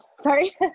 Sorry